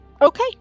Okay